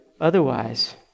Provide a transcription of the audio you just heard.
otherwise